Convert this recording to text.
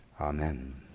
Amen